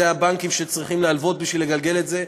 הבנקים שצריכים להלוות בשביל לגלגל את זה,